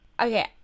Okay